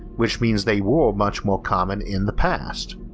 which means they were much more common in the past,